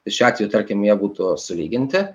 tai šiuo atveju tarkim jie būtų sulyginti